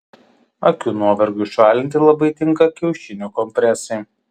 akių nuovargiui šalinti labai tinka kiaušinio kompresai